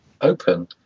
Open